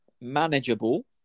manageable